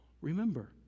Remember